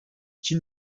için